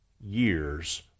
years